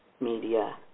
media